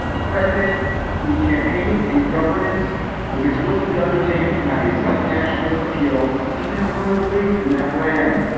a president who's campaigning and governance was explicitly undertaken to have a white nationalist appeal. he's now running away from that brand.